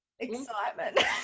Excitement